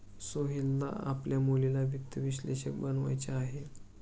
सोहेलला आपल्या मुलीला वित्त विश्लेषक बनवायचे आहे